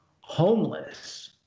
homeless